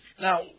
Now